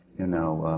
you know,